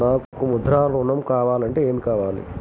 నాకు ముద్ర ఋణం కావాలంటే ఏమి కావాలి?